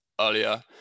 earlier